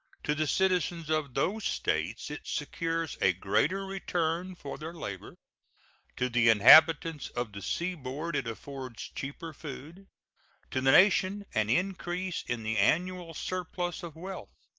to the citizens of those states it secures a greater return for their labor to the inhabitants of the seaboard it affords cheaper food to the nation, an increase in the annual surplus of wealth.